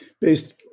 based